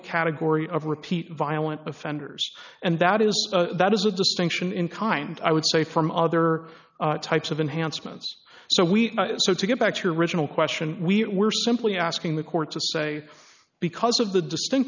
category of repeat violent offenders and that is that is a distinction in kind i would say from other types of enhancements so we so to get back to your original question we were simply asking the court to say because of the